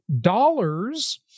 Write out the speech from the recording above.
dollars